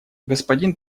господин